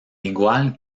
igual